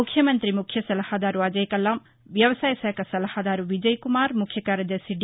ముఖ్యమంతి ముఖ్య సలహాదారు అజయ్ కల్లం వ్యవసాయ శాఖ సలహాదారు విజయ్కుమార్ ముఖ్య కార్యదర్శి డి